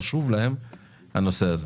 חשוב להם הנושא הזה.